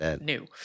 new